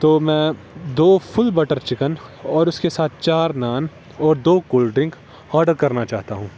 تو میں دو فل بٹر چکن اور اس کے ساتھ چار نان اور دو کولڈ رنک آڈر کرنا چاہتا ہوں